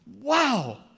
wow